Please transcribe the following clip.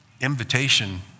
invitation